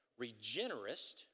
regenerist